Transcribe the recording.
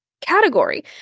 category